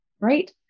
right